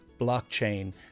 blockchain